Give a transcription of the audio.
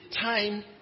time